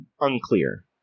Unclear